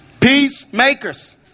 Peacemakers